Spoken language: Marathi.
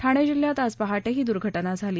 ठाणे जिल्ह्यात आज पहाटे ही दुर्घटना झाली